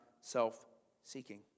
self-seeking